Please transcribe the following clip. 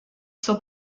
zur